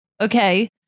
Okay